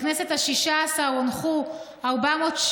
בכנסת השש עשרה הונחו 4,707,